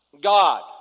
God